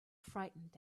frightened